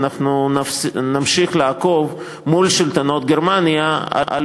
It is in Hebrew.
נמשיך לעקוב מול שלטונות גרמניה אחר